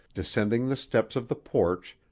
descending the steps of the porch,